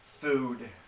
Food